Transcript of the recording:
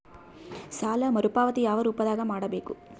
ಸಾಲ ಮರುಪಾವತಿ ಯಾವ ರೂಪದಾಗ ಮಾಡಬೇಕು?